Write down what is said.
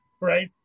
Right